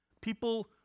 people